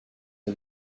for